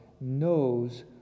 knows